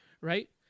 Right